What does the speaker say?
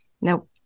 Nope